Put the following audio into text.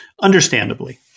understandably